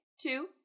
two